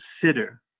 consider